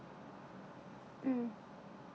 mm